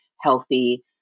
healthy